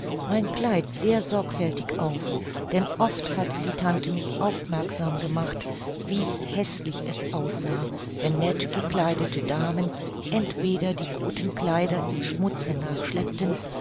mein kleid sehr sorgfältig auf denn oft hatte die tante mich aufmerksam gemacht wie häßlich es aussah wenn nett gekleidete damen entweder die guten kleider im schmutze